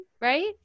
right